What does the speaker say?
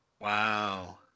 Wow